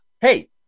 Hey